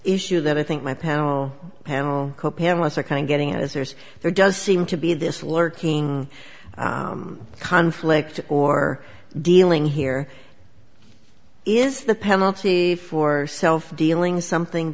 issue that i think my panel panel co panelists are kind of getting at is there's there does seem to be this lurking conflict or dealing here is the penalty for self dealing something